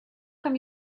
come